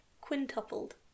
Quintupled